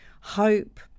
Hope